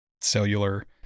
cellular